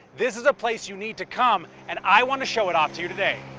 this is a place you need to come, and i want to show it off to you today.